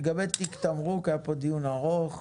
לגבי תיק תמרוק, היה פה דיון ארוך.